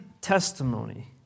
testimony